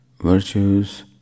virtues